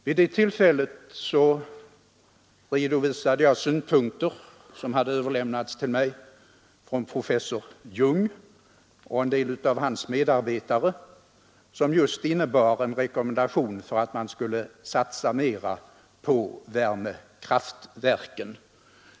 Vid det tillfället redovisade jag synpunkter som hade överlämnats till mig från professor Jung och en del av hans medarbetare, som just ingav en rekommendation för att man skulle satsa mera på kraftvärmeverk.